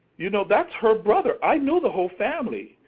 you know that's her brother. i knew the whole family.